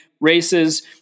races